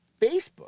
Facebook